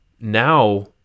now